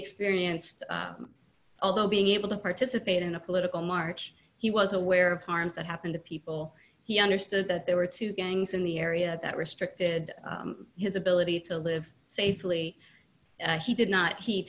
experienced although being able to participate in a political march he was aware of harms that happen to people he understood that there were two gangs in the area that restricted his ability to live safely he did not he